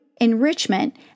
enrichment